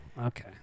Okay